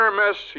miss